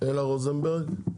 אילה רוזנברג?